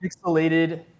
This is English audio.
pixelated